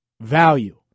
value